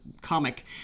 comic